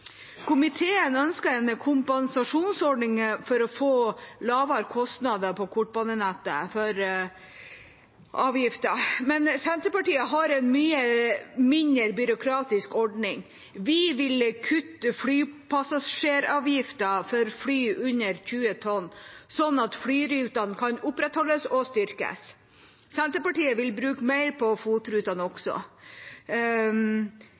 Komiteen ønsker en kompensasjonsordning for avgifter for å få lavere kostnader på kortbanenettet. Men Senterpartiet har en mye mindre byråkratisk ordning. Vi vil kutte flypassasjeravgiften for fly på under 20 tonn, sånn at flyrutene kan opprettholdes og styrkes. Senterpartiet vil også bruke mer på